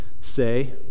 say